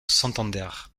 santander